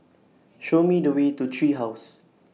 Show Me The Way to Tree House